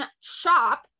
shop